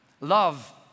Love